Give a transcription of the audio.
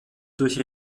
durch